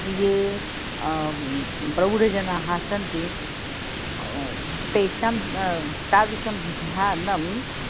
ये प्रौढजनाः सन्ति तेषां तादृशं ध्यानम्